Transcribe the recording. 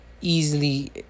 easily